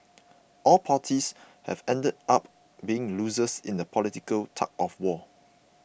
all parties have ended up being losers in the political tug of war